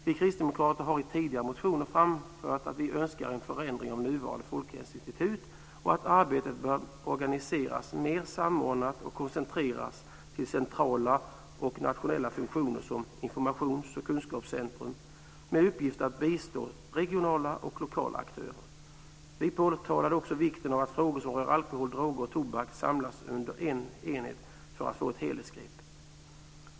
Vi kristdemokrater har i tidigare motioner framför att vi önskar en förändring av nuvarande Folkhälsoinstitutet och att arbetet bör organiseras mer samordnat och koncentreras till centrala och nationella funktioner som informations och kunskapscentrum med uppgift att bistå regionala och lokala aktörer. Vi påtalade också vikten av att frågor som rör alkohol, droger och tobak samlas under en enhet för att få ett helhetsgrepp.